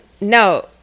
no